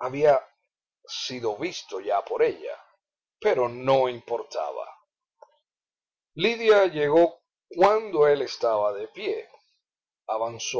había sido visto ya por ella pero no importaba lidia llegó cuando él estaba de pie avanzó